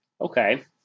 okay